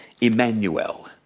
Emmanuel